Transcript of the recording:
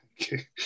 Okay